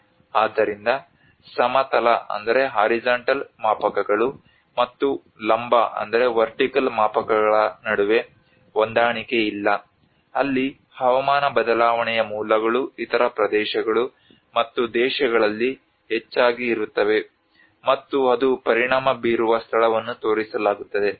ಆದ್ದರಿಂದ ಸಮತಲ ಮಾಪಕಗಳು ಮತ್ತು ಲಂಬ ಮಾಪಕಗಳ ನಡುವೆ ಹೊಂದಾಣಿಕೆಯಿಲ್ಲ ಅಲ್ಲಿ ಹವಾಮಾನ ಬದಲಾವಣೆಯ ಮೂಲಗಳು ಇತರ ಪ್ರದೇಶಗಳು ಮತ್ತು ದೇಶಗಳಲ್ಲಿ ಹೆಚ್ಚಾಗಿ ಇರುತ್ತವೆ ಮತ್ತು ಅದು ಪರಿಣಾಮ ಬೀರುವ ಸ್ಥಳವನ್ನು ತೋರಿಸಲಾಗುತ್ತದೆ